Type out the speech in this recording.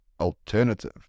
alternative